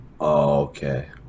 Okay